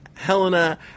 Helena